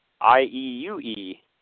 I-E-U-E